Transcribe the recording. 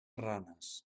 ranes